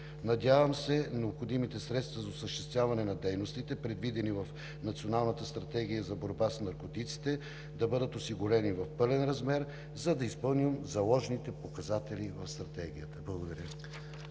Надявам се необходимите средства за осъществяване на дейностите, предвидени в Националната стратегия за борба с наркотиците, да бъдат осигурени в пълен размер, за да изпълним заложените показатели в Стратегията. Благодаря